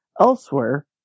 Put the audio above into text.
Elsewhere